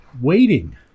waiting